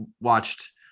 watched